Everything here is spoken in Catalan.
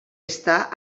està